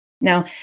Now